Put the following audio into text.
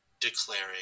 declaring